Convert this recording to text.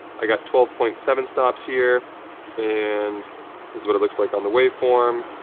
i got twelve point seven stops here and this is what it looks like on the waveform.